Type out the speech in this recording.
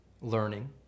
learning